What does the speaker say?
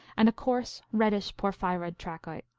and a coarse reddish porphyroid trachyte.